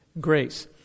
grace